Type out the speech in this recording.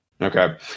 Okay